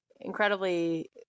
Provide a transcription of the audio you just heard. incredibly –